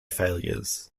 failures